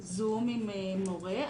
זום עם מורה,